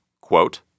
quote